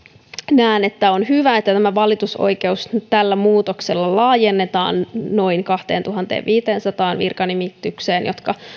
näen että on hyvä että tämä valitusoikeus nyt tällä muutoksella laajennetaan noin kahteentuhanteenviiteensataan virkanimitykseen jotka